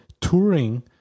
touring